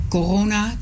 Corona